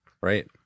Right